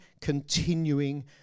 continuing